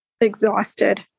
Exhausted